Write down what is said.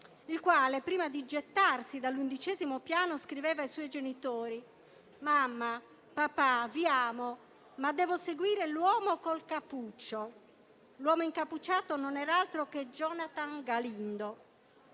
il quale, prima di gettarsi dall'undicesimo piano, scriveva ai suoi genitori: «mamma, papà, vi amo, ma devo seguire l'uomo con il cappuccio». L'uomo incappucciato non era altro che *Jonathan Galindo*.